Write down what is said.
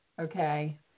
okay